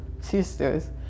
sisters